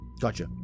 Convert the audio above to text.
Gotcha